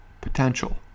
potential